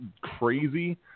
crazy